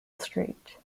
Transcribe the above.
street